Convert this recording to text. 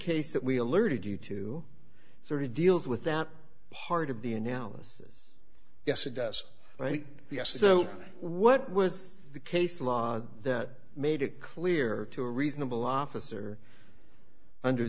that we alerted you to sort of deals with that part of the analysis yes it does right yes so what was the case law that made it clear to a reasonable officer under